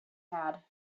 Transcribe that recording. had